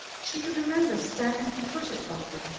she could remember stamping her foot at barbara,